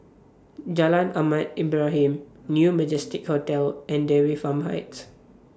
Jalan Ahmad Ibrahim New Majestic Hotel and Dairy Farm Heights